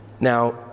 Now